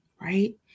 Right